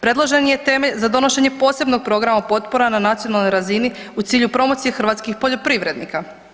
Predložene temelj za donošenje posebnog programa potpora na nacionalnoj razini u cilju promocije hrvatskih poljoprivrednika.